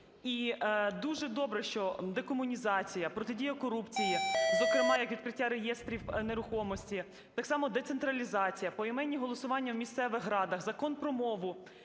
І дуже добре, що декомунізація, протидія корупції, зокрема як відкриття реєстрів нерухомості, так само децентралізація, поіменні голосування в місцевих радах, Закон про мову